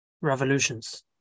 revolutions